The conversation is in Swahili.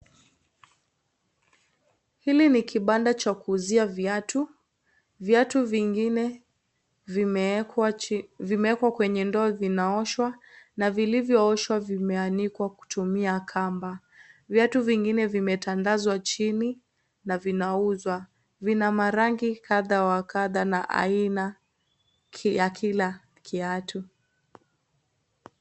Hili ni kibanda cha kuuzia viatu, viatu vingine vimeekwa kwenye ndoo vinaoshwa na vilivyooshwa vimeanikwa kutumia kamba. Viatu vingine vimetandazwa chini na vinauzwa, vina marangi kadha wa kadha na aina ya kila kiatu.